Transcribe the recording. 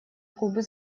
кубы